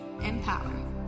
empower